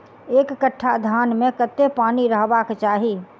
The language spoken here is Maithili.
एक कट्ठा धान मे कत्ते पानि रहबाक चाहि?